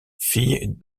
fille